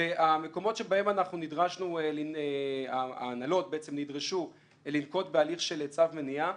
המקומות שבהם ההנהלות בעצם נדרשו לנקוט בהליך של צו מניעה,